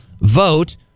vote